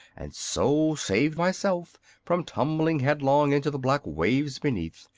and so saved myself from tumbling headlong into the black waves beneath,